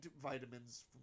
vitamins